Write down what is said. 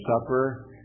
Supper